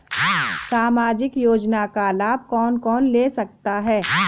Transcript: सामाजिक योजना का लाभ कौन कौन ले सकता है?